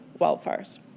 wildfires